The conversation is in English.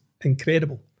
incredible